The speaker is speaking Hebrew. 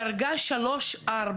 דרגה 3,4,